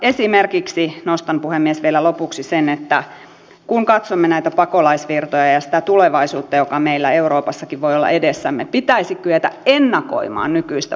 esimerkiksi nostan puhemies vielä lopuksi sen että kun katsomme näitä pakolaisvirtoja ja sitä tulevaisuutta joka meillä euroopassakin voi olla edessämme pitäisi kyetä ennakoimaan nykyistä paremmin